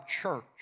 church